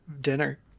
dinner